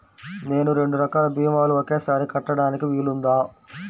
నేను రెండు రకాల భీమాలు ఒకేసారి కట్టడానికి వీలుందా?